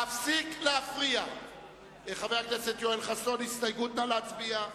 ההסתייגות של חבר הכנסת יואל חסון לסעיף 01,